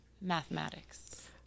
Mathematics